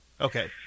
Okay